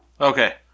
Okay